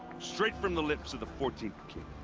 straight from the lips of the fourteenth king.